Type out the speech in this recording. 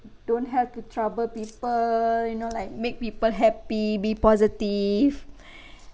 don't have to trouble people you know like make people happy be positive